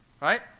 Right